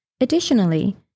Additionally